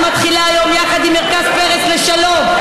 שמתחילה היום יחד עם מרכז פרס לשלום,